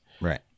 Right